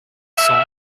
cents